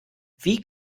wie